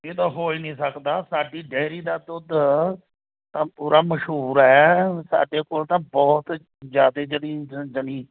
ਇਹ ਤਾਂ ਹੋ ਹੀ ਨਹੀਂ ਸਕਦਾ ਸਾਡੀ ਡਾਇਰੀ ਦਾ ਦੁੱਧ ਤਾਂ ਪੂਰਾ ਮਸ਼ਹੂਰ ਹੈ ਸਾਡੇ ਕੋਲ ਤਾਂ ਬਹੁਤ ਜ਼ਿਆਦਾ ਜਰੀ ਯਾਨੀ